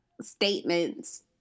statements